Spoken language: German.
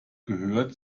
gehört